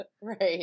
Right